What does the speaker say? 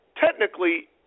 technically